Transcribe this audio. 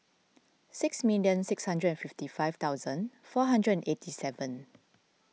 six million six hundred and fifty five thousand four hundred and eighty seven